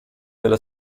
della